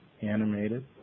animated